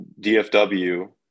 DFW